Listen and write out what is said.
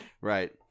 Right